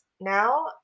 now